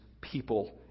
people